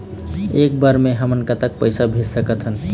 एक बर मे हमन कतका पैसा भेज सकत हन?